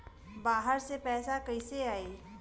बाहर से पैसा कैसे आई?